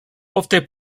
ofte